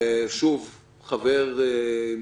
חבר עם